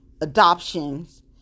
adoptions